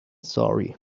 sorry